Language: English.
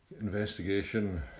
Investigation